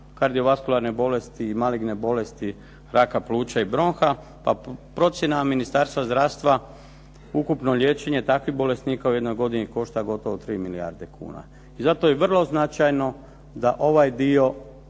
kardiovaskularne bolesti, maligne bolesti, raka pluća i bronha. Pa procjena Ministarstva zdravstva ukupno liječenje takvih bolesnika u jednoj godini gotovo košta 3 milijarde kuna. I zato je vrlo značajno da ovaj dio